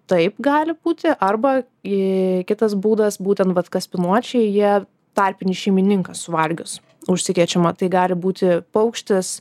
taip gali būti arba į kitas būdas būtent vat kaspinuočiai jie tarpinį šeimininką suvalgius užsikrečiama tai gali būti paukštis